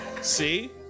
See